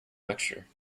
lecture